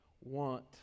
want